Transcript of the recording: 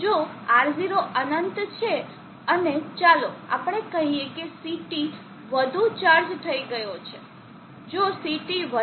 તોજો R0 અનંત છે અને ચાલો આપણે કહીએ કે CT વધુ ચાર્જ થઈ ગયો છે